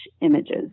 images